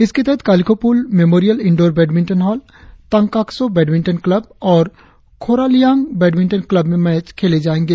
इसके तहत Kalikho Pul memorial indoor badminton hall Tankakso badminton club और खोरालियांग बैडमिंटन क्लब में मैच खेले जायेंगे